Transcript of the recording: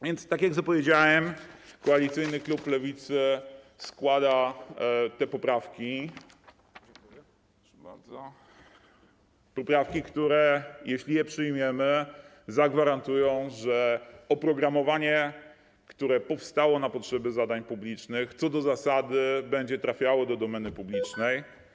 A więc tak jak zapowiedziałem, koalicyjny klub Lewicy składa te poprawki - proszę bardzo - które, jeśli je przyjmiemy, zagwarantują, że oprogramowanie, które powstało na potrzeby zadań publicznych, co do zasady będzie trafiało do domeny publicznej.